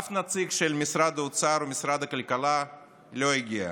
אף נציג של משרד האוצר, משרד הכלכלה, לא הגיע.